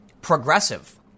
progressive